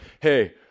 hey